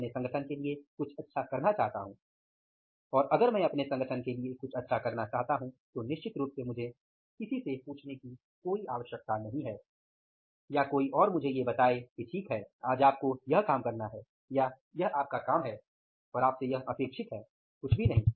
मैं अपने संगठन के लिए कुछ अच्छा करना चाहता हूं और अगर मैं अपने संगठन के लिए कुछ अच्छा करना चाहता हूं तो निश्चित रूप से मुझे किसी से पूछने की कोई जरूरत नहीं है या कोई और मुझे ये बताये कि ठीक है आज आपको यह काम करना है या यह आपका काम है या आपसे यह अपेक्षित है कुछ भी नहीं